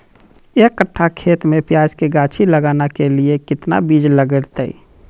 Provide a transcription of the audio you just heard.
एक कट्ठा खेत में प्याज के गाछी लगाना के लिए कितना बिज लगतय?